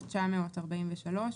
1943,